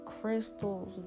crystals